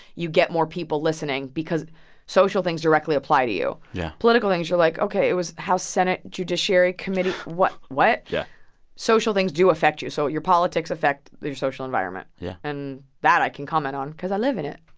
you get more people listening because social things directly apply to you yeah political things you're like, ok, it was house senate judiciary committee what? yeah social things do affect you. so your politics affect your social environment yeah and that i can comment on because i live in it